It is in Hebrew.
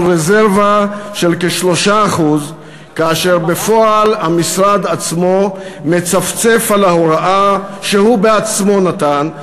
רזרבה של כ-3% כשבפועל המשרד עצמו מצפצף על ההוראה שהוא עצמו נתן?